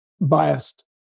biased